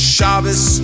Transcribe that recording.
Shabbos